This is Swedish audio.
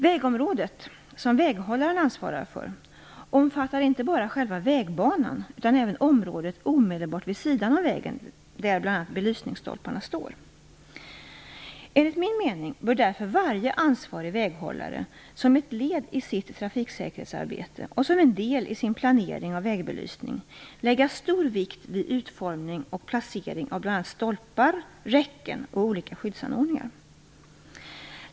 Vägområdet, som väghållaren ansvarar för, omfattar inte bara själva vägbanan utan även området omedelbart vid sidan om vägen, där bl.a. belysningsstolparna står. Enligt min mening bör därför varje ansvarig väghållare, som ett led i sitt trafiksäkerhetsarbete och som en del i sin planering av vägbelysning, lägga stor vikt vid utformning och placering av bl.a. stolpar, räcken och olika skyddsanordningar.